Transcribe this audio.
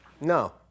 No